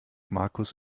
markus